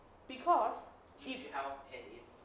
because if